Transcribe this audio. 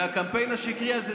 והקמפיין השקרי הזה,